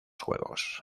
juegos